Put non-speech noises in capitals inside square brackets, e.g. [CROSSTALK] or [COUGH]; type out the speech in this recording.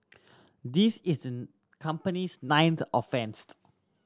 this is company's ninth offence [UNINTELLIGIBLE]